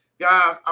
guys